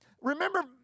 remember